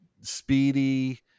speedy